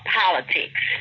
politics